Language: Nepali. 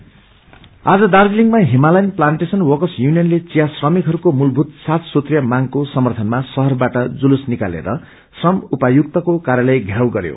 टि यूनियन आज दार्जीलिङमा हिमालयन प्ताण्टेशन वर्कस यूनियले चिया श्रमिकहरूको मूलभूत सात सूत्रीय मांगको समर्थनमा शहरबाट जुलुस निकालेर श्रम उपायुक्तको कार्यलय वेराउ गरयो